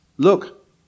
Look